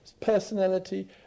personality